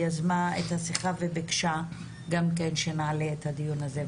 יזמה את השיחה וביקשה גם כן שנעלה את הדיון הזה,